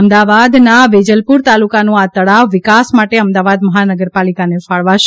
અમદાવાદના વેજલપૂર તાલુકાનું આ તળાવ વિકાસ માટે અમદાવાદ મહાપાલિકાને ફાળવાશે